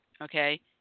okay